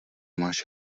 máš